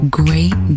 great